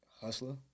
hustler